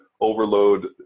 overload